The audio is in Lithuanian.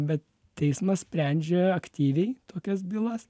bet teismas sprendžia aktyviai tokias bylas